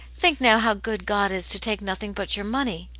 think now how good god is to take nothing but your money.